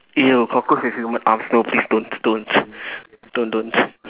!eww! cockroach with human arms no please don't don't don't don't